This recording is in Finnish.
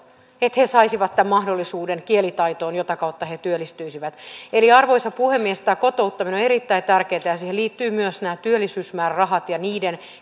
että he saisivat tämän mahdollisuuden kielitaitoon jota kautta he työllistyisivät eli arvoisa puhemies tämä kotouttaminen on erittäin tärkeätä ja siihen liittyvät myös nämä työllisyysmäärärahat ja niiden